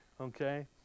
Okay